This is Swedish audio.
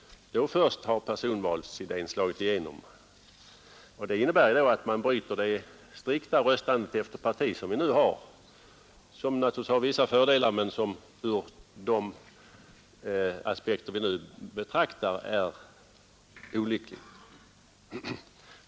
Då först har personvalsidén slagit igenom. Det innebär att man bryter det strikta röstande efter parti som vi nu har och som naturligtvis har vissa fördelar men som ur de aspekter vi nu anlägger är olyckligt.